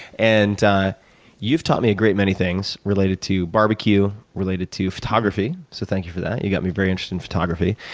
and you've taught me a great many things related to barbecue, related to photography, so thank you for that. you got me very interested in photography.